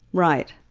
right,